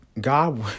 God